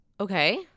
Okay